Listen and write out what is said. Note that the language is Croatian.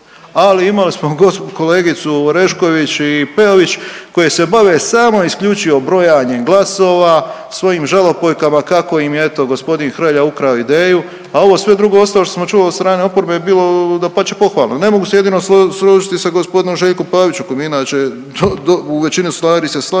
ali imali smo kolegicu Orešković i Peović koje se bave samo i isključivo brojanjem glasova svojim žalopojkama kako im je eto g. Hrelja ukrao ideju, a ovo sve drugo i ostalo što smo čuli od strane oporbe je bilo dapače pohvalno. Ne mogu se jedino složiti sa g. Željkom Pavićem s kojim se inače u većini stvari se slažem,